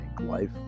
life